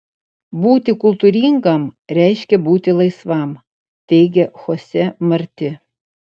būti kultūringam reiškia būti laisvam teigia chose marti